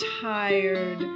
tired